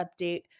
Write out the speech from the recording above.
update